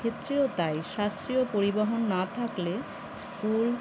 ক্ষেত্রেও তাই সাশ্রয়ী পরিবহন না থাকলে স্কুল